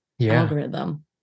algorithm